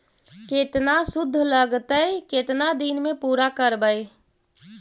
केतना शुद्ध लगतै केतना दिन में पुरा करबैय?